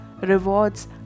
rewards